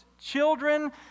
children